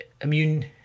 immune